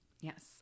Yes